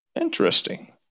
Interesting